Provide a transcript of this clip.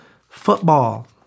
Football